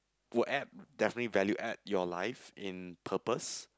will add definitely value add your life in purpose